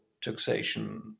taxation